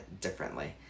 differently